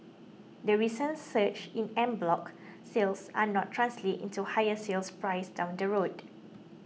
the recent surge in en bloc sales are not translate into higher sale prices down the road